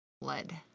Blood